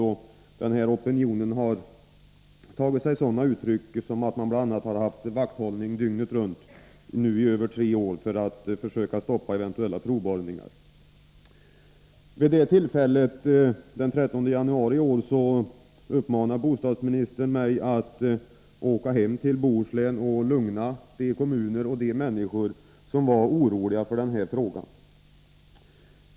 Denna opinion har bl.a. tagit sig sådana uttryck som att man haft vakthållning dygnet runt i över tre år för att försöka stoppa eventuella provborrningar. Den 13 januari i år uppmanade bostadsministern mig att åka hem till Bohuslän och lugna de människor i kommunerna som var oroliga.